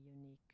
unique